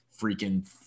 freaking